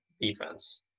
defense